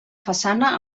façana